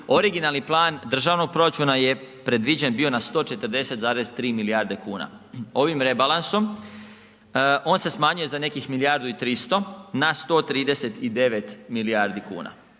originalni plan državnog proračuna je predviđen bio na 140,3 milijarde kuna. Ovim rebalansom on se smanjuje za nekih milijardu 300 na 139 milijardi kuna.